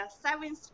seven